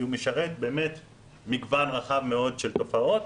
כי הוא משרת מגוון רחב יותר של תופעות.